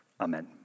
Amen